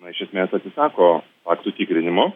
na iš esmės atsisako faktų tikrinimo